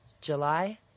July